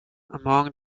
among